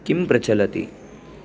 किं प्रचलति